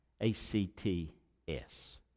A-C-T-S